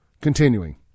Continuing